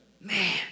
Man